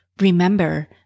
Remember